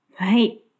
Right